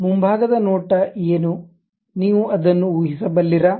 ಮುಂಭಾಗದ ನೋಟ ಏನು ನೀವು ಅದನ್ನು ಊಹಿಸಬಲ್ಲಿರಾ